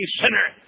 sinner